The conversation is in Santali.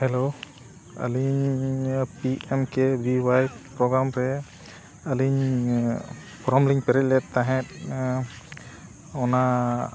ᱦᱮᱞᱳ ᱟᱹᱞᱤᱧ P M K B I program ᱨᱮ ᱟᱞᱤᱧ ᱯᱷᱚᱨᱚᱢ ᱞᱤᱧ ᱯᱮᱨᱮᱡ ᱞᱮᱫ ᱛᱟᱦᱮᱸᱫ ᱚᱱᱟ